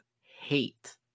hate